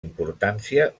importància